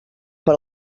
per